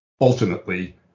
ultimately